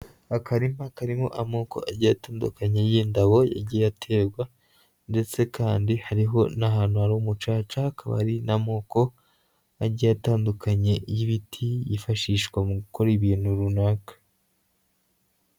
Akarima karimo amoko agiye atandukanye y'indabo yagiye aterwa ndetse kandi hariho n'ahantu hari umucaca hakaba hari n'amoko, agiye atandukanye y'ibiti yifashishwa mu gukora ibintu runaka.